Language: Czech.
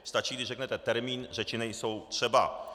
Stačí, když řeknete termín, řeči nejsou třeba.